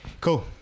Cool